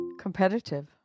Competitive